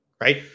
right